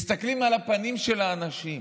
מסתכלים על הפנים של האנשים.